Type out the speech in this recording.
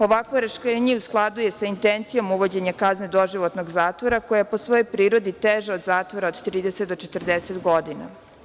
Ovakvo rešenje u skladu je sa intencijom uvođenja kazne doživotnog zatvora koja je po svojoj prirodi teža od zatvora od 30 do 40 godina.